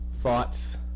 thoughts